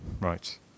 right